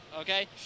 okay